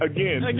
Again